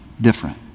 different